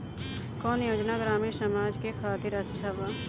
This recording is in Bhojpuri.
कौन योजना ग्रामीण समाज के खातिर अच्छा बा?